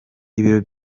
ibiro